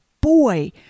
boy